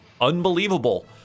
unbelievable